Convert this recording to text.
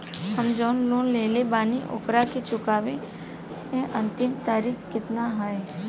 हम जवन लोन लेले बानी ओकरा के चुकावे अंतिम तारीख कितना हैं?